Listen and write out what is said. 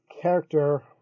character